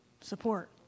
support